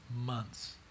months